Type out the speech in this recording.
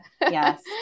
Yes